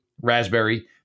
raspberry